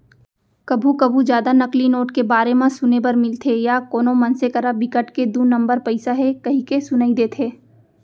कभू कभू जादा नकली नोट के बारे म सुने बर मिलथे या कोनो मनसे करा बिकट के दू नंबर पइसा हे कहिके सुनई देथे